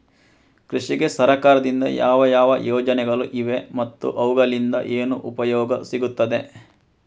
ಕೃಷಿಗೆ ಸರಕಾರದಿಂದ ಯಾವ ಯಾವ ಯೋಜನೆಗಳು ಇವೆ ಮತ್ತು ಅವುಗಳಿಂದ ಏನು ಉಪಯೋಗ ಸಿಗುತ್ತದೆ?